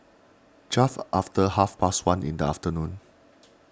just after half past one in the afternoon